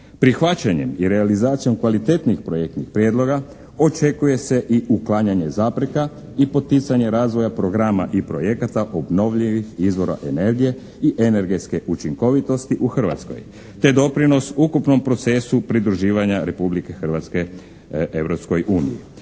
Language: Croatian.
Prihvaćanjem i realizacijom kvalitetnih projektnih prijedloga očekuje se i uklanjanje zapreka i poticanje razvoja programa i projekata obnovljivih izvora energije i energetske učinkovitosti u Hrvatskoj, te doprinos ukupnom procesu pridruživanja Republike Hrvatske